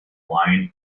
line